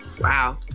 Wow